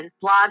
Blog